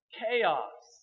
chaos